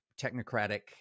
technocratic